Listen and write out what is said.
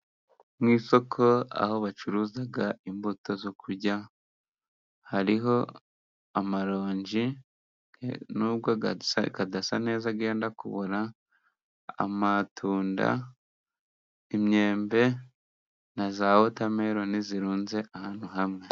Mu isoko aho bacuruza imbuto zo kurya hariho: amaronji n' ubwo adasa neza yenda kubora, amatunda, imyembe, na za wotameloni zirunze ahantu hamwe.